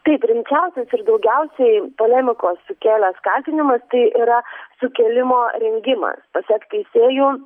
taip rimčiausias ir daugiausiai polemikos sukėlęs kaltinimas tai yra sukėlimo rengimas pasak teisėjų